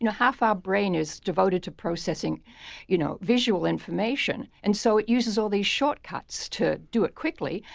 and half our brain is devoted to processing you know visual information, and so it uses all these shortcuts to do it quickly.